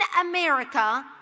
America